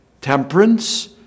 temperance